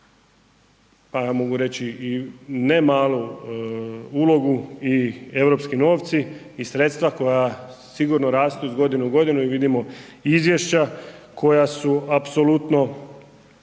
i mogu reći ne malu ulogu i europski novci i sredstva koja sigurno rastu iz godine u godinu i vidimo izvješća koja su apsolutno